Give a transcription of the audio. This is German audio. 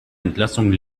entlassung